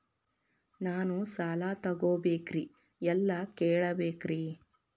ನಾನು ಸಾಲ ತೊಗೋಬೇಕ್ರಿ ಎಲ್ಲ ಕೇಳಬೇಕ್ರಿ?